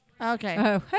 Okay